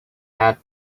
had